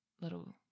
little